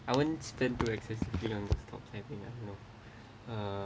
I won't spend too excessive thing on stock thing lah you know uh